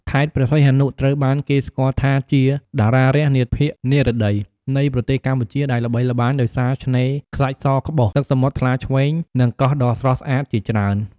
ខេត្តព្រះសីហនុ ត្រូវបានគេស្គាល់ថាជា "តារារះនាភាគនិរតី" នៃប្រទេសកម្ពុជា ដែលល្បីល្បាញដោយសារឆ្នេរខ្សាច់សក្បុស ទឹកសមុទ្រថ្លាឈ្វេង និងកោះដ៏ស្រស់ស្អាតជាច្រើន។